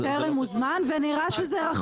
טרם הוזמן ונראה שזה רחוק מאוד.